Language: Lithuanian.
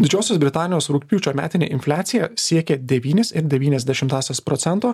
didžiosios britanijos rugpjūčio metinė infliacija siekė devynis ir devynias dešimtąsias procento